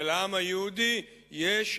שלעם היהודי יש,